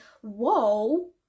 whoa